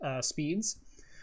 speeds